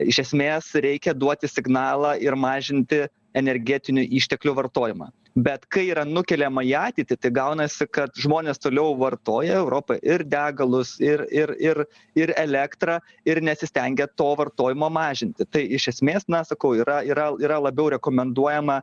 iš esmės reikia duoti signalą ir mažinti energetinių išteklių vartojimą bet kai yra nukeliama į ateitį tai gaunasi kad žmonės toliau vartoja europa ir degalus ir ir ir ir elektrą ir nesistengia to vartojimo mažinti tai iš esmės na sakau yra yra yra labiau rekomenduojama